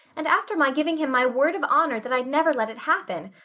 and after my giving him my word of honor that i'd never let it happen!